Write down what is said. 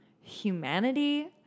humanity